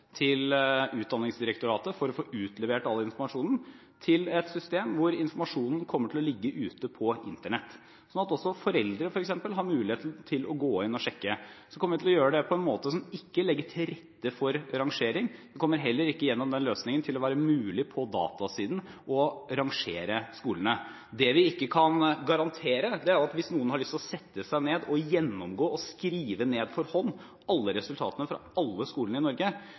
til Utdanningsdirektoratet for å få utlevert all informasjonen, til et system hvor informasjonen kommer til å ligge ute på Internett, sånn at også f.eks. foreldre har mulighet til å gå inn og sjekke. Vi kommer til å gjøre det på en måte som ikke legger til rette for rangering. Gjennom den løsningen kommer det heller ikke til å være mulig – på datasiden – til å rangere skolene. Det vi ikke kan garantere, er at noen ikke har lyst til å sette seg ned, gjennomgå, skrive ned for hånd alle resultatene fra alle skolene i Norge